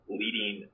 leading